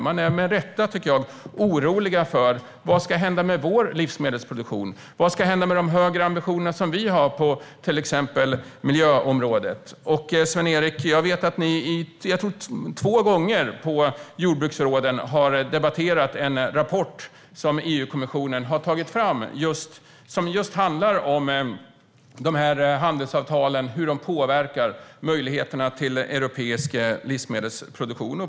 Man är med rätta orolig för vad som ska hända med den egna livsmedelsproduktionen och med de högre ambitioner man har på till exempel miljöområdet. Sven-Erik, jag vet att ni två gånger på jordbruksråden har debatterat en rapport som EU-kommissionen har tagit fram och som just handlar om hur dessa handelsavtal påverkar möjligheterna till europeisk livsmedelsproduktion.